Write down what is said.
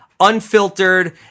unfiltered